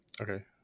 Okay